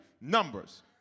Numbers